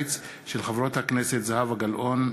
חברות הכנסת זהבה גלאון,